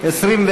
27